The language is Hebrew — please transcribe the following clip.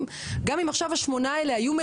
גם אם עכשיו היו את אותם שמונה תקנים,